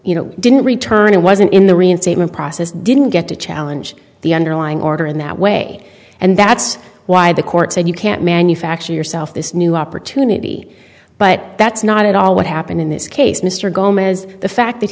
you know didn't return and wasn't in the reinstatement process didn't get to challenge the underlying order in that way and that's why the court said you can't manufacture yourself this new opportunity but that's not at all what happened in this case mr gomez the fact that